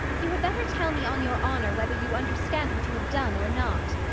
you had better tell me on your honour whether you understand what you have done or not.